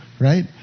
right